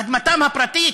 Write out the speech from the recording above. אדמתם הפרטית.